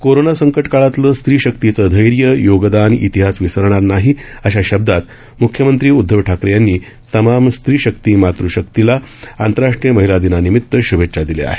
corona संकट काळातलं स्त्रीशक्तीचं धैर्य योगदान इतिहास विसरणार नाही अशा शब्दांत म्ख्यमंत्री उद्धव ठाकरे यांनी तमाम स्त्रीशक्ती मातृ शक्तीला आंतरराष्ट्रीय महिला दिनानिमित श्भेच्छा दिल्या आहेत